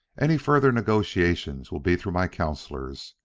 any further negotiations will be through my counsellors.